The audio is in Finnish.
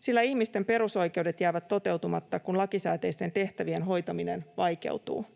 sillä ihmisten perusoikeudet jäävät toteutumatta, jos lakisääteisten tehtävien hoitaminen vaikeutuu.